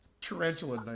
tarantula